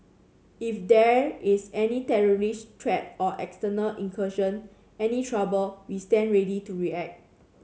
if there is any terrorist threat or external incursion any trouble we stand ready to react